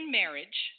marriage